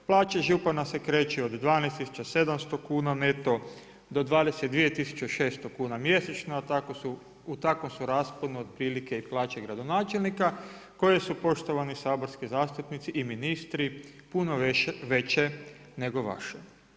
Plaće župana se kreću od 12 700 kuna neto do 22 600 kuna mjesečno, u takvom su rasponu otprilike i plaće gradonačelnika koje su poštovani saborski zastupnici i ministri, puno veće nego vaše.